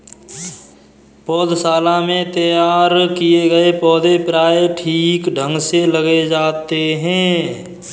पौधशाला में तैयार किए गए पौधे प्रायः ठीक ढंग से लग जाते हैं